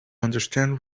understand